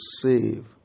save